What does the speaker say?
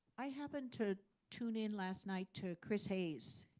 i happened to tune in last night to chris hayes,